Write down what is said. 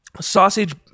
sausage